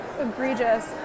egregious